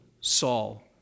Saul